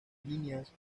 líneas